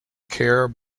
kerr